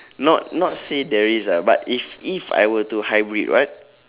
not not say there is ah but if if I were to hybrid what